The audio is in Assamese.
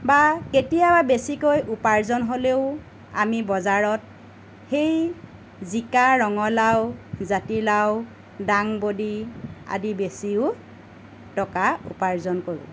বা কেতিয়াবা বেছিকৈ উপাৰ্জন হ'লেও আমি বজাৰত সেই জিকা ৰঙালাও জাতিলাও দাংবডি আদি বেচিও টকা উপাৰ্জন কৰোঁ